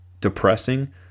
depressing